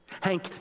Hank